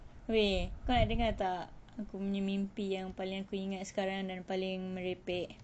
wei kau nak dengar tak aku punya mimpi yang paling aku ingat sekarang dan paling merepek